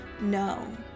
no